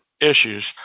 issues